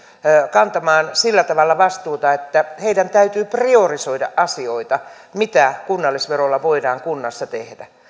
kantamaan sillä tavalla vastuuta että heidän täytyy priorisoida asioita mitä kunnallisverolla voidaan kunnassa tehdä